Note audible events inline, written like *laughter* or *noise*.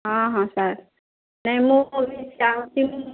ହଁ ହଁ ସାର୍ ନାଇଁ ମୁଁ *unintelligible* ଚାହୁଁଛି